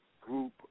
group